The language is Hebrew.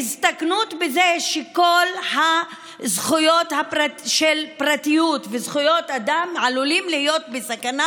והסתכנות בזה שכל הזכויות של פרטיות וזכויות אדם עלולות להיות בסכנה.